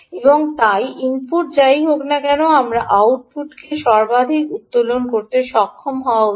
এবং তাই ইনপুট যা ই হোক না কেন আপনার আউটপুটে সর্বাধিক উত্তোলন করতে সক্ষম হওয়া উচিত